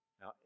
Now